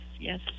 yes